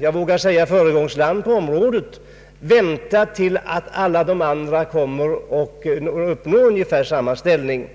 Jag vågar säga att Sverige är ett föregångsland på området, och vi skall inte vänta till dess alla de andra uppnått ungefär samma position.